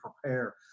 prepare